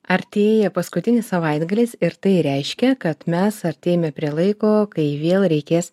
artėja paskutinis savaitgalis ir tai reiškia kad mes artėjame prie laiko kai vėl reikės